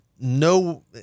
no